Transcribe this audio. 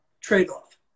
trade-off